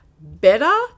better